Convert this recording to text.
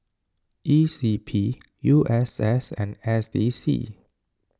E C P U S S and S D C